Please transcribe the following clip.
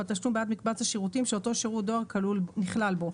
מהתשלום בעד מקבץ השירותים שאותו שירות דואר נכלל בו.